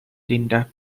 linda